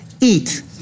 eat